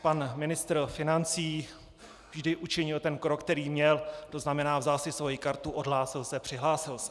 Pan ministr financí vždy učinil ten krok, který měl, to znamená vzal si svoji kartu, odhlásil se, přihlásil se.